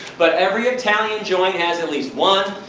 but every italian joint has at least one,